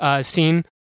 scene